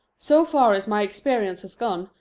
so far as my experience has gone,